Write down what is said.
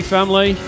family